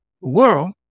world